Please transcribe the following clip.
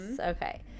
okay